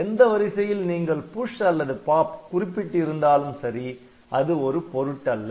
எந்த வரிசையில் நீங்கள் புஷ் அல்லது பாப் குறிப்பிட்டு இருந்தாலும் சரி அது ஒரு பொருட்டல்ல